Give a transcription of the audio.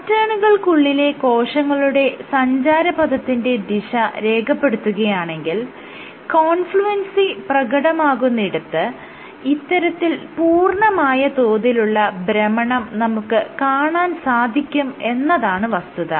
പാറ്റേണുകൾക്കുള്ളിലെ കോശങ്ങളുടെ സഞ്ചാരപഥത്തിന്റെ ദിശ രേഖപ്പെടുത്തുകയാണെങ്കിൽ കോൺഫ്ലുവൻസി പ്രകടമാകുന്നിടത്ത് ഇത്തരത്തിൽ പൂർണ്ണമായ തോതിലുള്ള ഭ്രമണം നമുക്ക് കാണാൻ സാധിക്കും എന്നതാണ് വസ്തുത